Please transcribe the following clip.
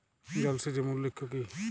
জল সেচের মূল লক্ষ্য কী?